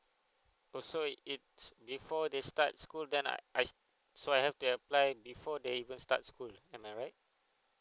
oh so it before they start school then I I so I have to apply before they even start school am I right